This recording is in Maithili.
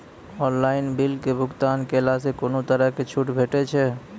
ऑनलाइन बिलक भुगतान केलासॅ कुनू तरहक छूट भेटै छै?